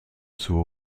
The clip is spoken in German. zur